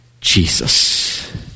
Jesus